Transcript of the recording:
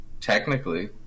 technically